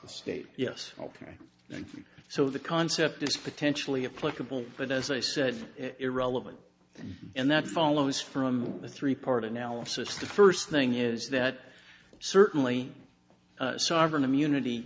the state yes ok thank you so the concept is potentially a flexible but as i said irrelevant and that follows from a three part analysis the first thing is that certainly sovereign immunity